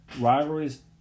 rivalries